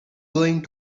going